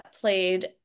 played